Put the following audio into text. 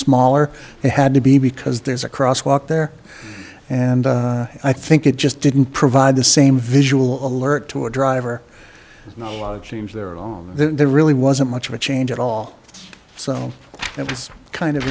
smaller it had to be because there's a crosswalk there and i think it just didn't provide the same visual alert to a driver no one seems there there really wasn't much of a change at all so it was kind of